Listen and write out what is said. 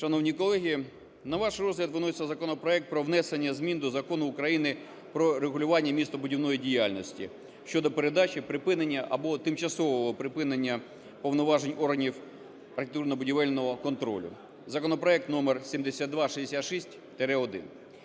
Шановні колеги, на ваш розгляд виноситься законопроект про внесення змін до Закону України "Про регулювання містобудівної діяльності" (щодо передачі, припинення або тимчасового припинення повноважень органів архітектурно-будівельного контролю), законопроект номер 7266-1,